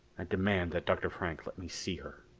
i'd demand that dr. frank let me see her.